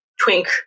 twink